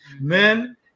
Men